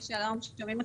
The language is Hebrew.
שלום.